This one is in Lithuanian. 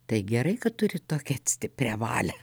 tai gerai kad turit tokią stiprią valią